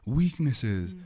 weaknesses